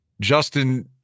Justin